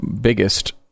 biggest